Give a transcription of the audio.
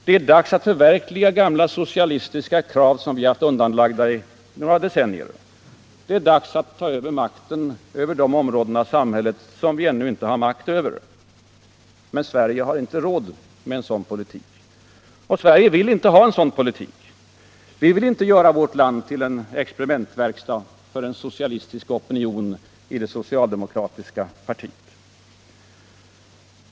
Det är dags att förverkliga gamla socialistiska krav som vi haft undanlagda i några decennier. Det är dags att ta över makten över de områden av samhället som vi ännu inte har makt över. Men Sverige har inte råd med en sådan politik. Sverige vill inte ha en sådan politik. Vi vill inte göra vårt land till en experimentverkstad för en socialistisk opinion i det socialdemokratiska partiet.